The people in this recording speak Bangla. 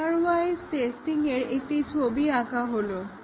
পেয়ার ওয়াইজ টেস্টিংয়ের একটি ছবি আঁকা হলো